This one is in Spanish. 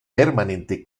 permanente